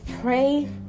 pray